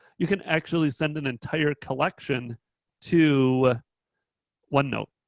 you can actually send an entire collection to onenote.